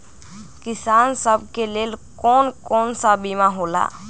किसान सब के लेल कौन कौन सा बीमा होला?